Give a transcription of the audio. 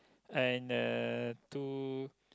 and uh to